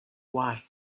why